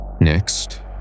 Next